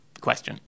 question